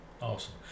Awesome